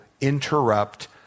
interrupt